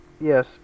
Yes